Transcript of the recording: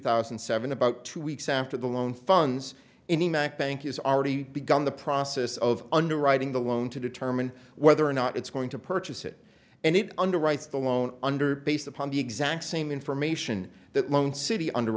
thousand and seven about two weeks after the loan funds any mac bank is already begun the process of underwriting the loan to determine whether or not it's going to purchase it and it underwrites the loan under based upon the exact same information that loan city under